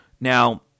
Now